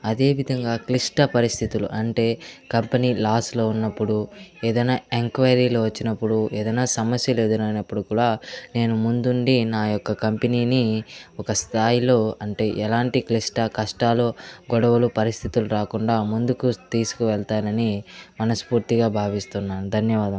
అదేవిధంగా క్లిష్ట పరిస్థితులు అంటే కంపెనీ లాస్లో ఉన్నప్పుడు ఏదైన ఎంక్వయిరీలు వచ్చినప్పుడు ఏదైన సమస్యలు ఎదురైనప్పుడు కూడా నేను ముందుండి నా యొక్క కంపెనీని ఒక స్థాయిలో అంటే ఎలాంటి క్లిష్ట కష్టాలు గొడవలు పరిస్థితులు రాకుండా ముందుకి తీసుకువెళ్తానని మనస్పూర్తిగా భావిస్తున్నాను ధన్యవాదం